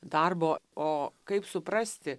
darbo o kaip suprasti